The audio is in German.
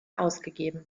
ausgegeben